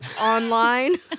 online